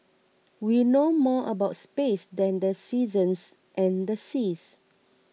we know more about space than the seasons and the seas